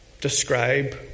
describe